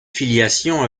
filiation